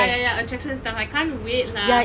ya ya ya attractions and stuff I can't wait lah